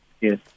Yes